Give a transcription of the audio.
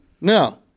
No